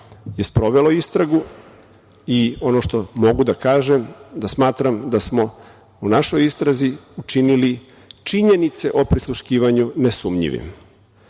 je sprovelo istragu i ono što mogu da kažem jeste da smatram da smo u našoj istrazi učinili činjenice o prisluškivanju nesumnjivim.